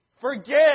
Forget